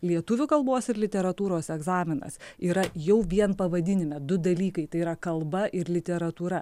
lietuvių kalbos ir literatūros egzaminas yra jau vien pavadinime du dalykai tai yra kalba ir literatūra